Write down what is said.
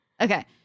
Okay